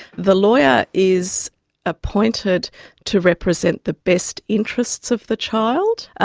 the lawyer is appointed to represent the best interests of the child,